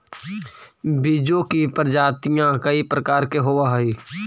बीजों की प्रजातियां कई प्रकार के होवअ हई